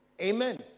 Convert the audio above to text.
Amen